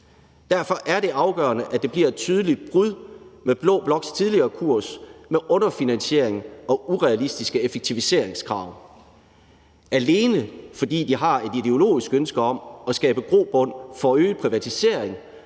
Derfor er det afgørende, at der bliver et tydeligt brud med blå bloks tidligere kurs med underfinansiering og urealistiske effektiviseringskrav, alene fordi de har et ideologisk ønske om at skabe grobund for øget privatisering,